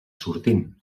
sortint